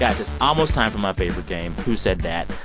guys, it's almost time for my favorite game who said that?